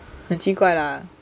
很奇怪啦